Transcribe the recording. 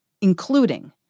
including